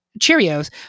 Cheerios